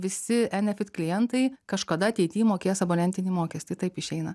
visi enefit klientai kažkada ateity mokės abonentinį mokestį taip išeina